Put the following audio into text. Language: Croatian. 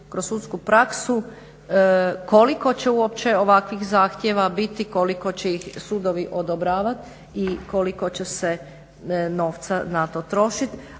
koliko će uopće ovakvih zahtjeva biti, koliko će ih sudovi odobravat i koliko će se novca na to trošit.